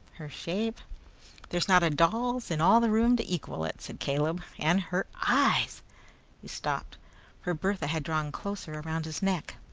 her shape there's not a doll's in all the room to equal it, said caleb. and her eyes he stopped for bertha had drawn closer round his neck,